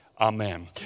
Amen